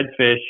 redfish